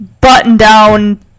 button-down